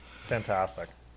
Fantastic